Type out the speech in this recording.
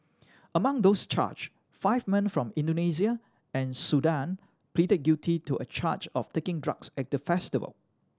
among those charged five men from Indonesia and Sudan pleaded guilty to a charge of taking drugs at the festival